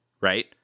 right